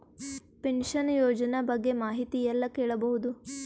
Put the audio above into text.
Pension ಯೋಜನ ಬಗ್ಗೆ ಮಾಹಿತಿ ಎಲ್ಲ ಕೇಳಬಹುದು?